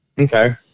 Okay